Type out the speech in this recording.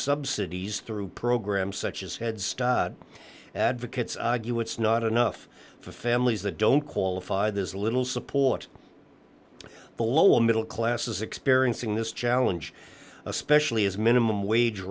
subsidies through programs such as heads advocates argue it's not enough for families that don't qualify there's little support the lower middle class is experiencing this challenge especially as minimum wage